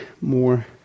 more